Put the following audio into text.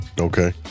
Okay